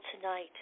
tonight